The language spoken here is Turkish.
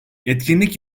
etkinlik